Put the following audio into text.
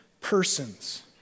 persons